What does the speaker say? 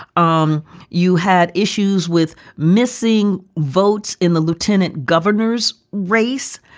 um you had issues with missing votes in the lieutenant governor's race.